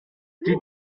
die